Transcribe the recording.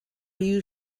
you